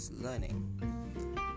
learning